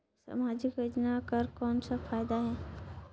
समाजिक योजना कर कौन का फायदा है?